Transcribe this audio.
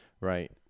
right